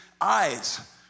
eyes